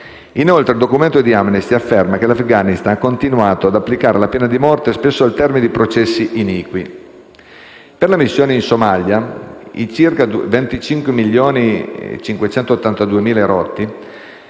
Inoltre, il documento di Amnesty afferma che l'Afghanistan ha continuato ad applicare la pena di morte spesso al termine di processi iniqui. Per la missione in Somalia, i circa 25,582 milioni